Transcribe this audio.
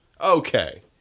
Okay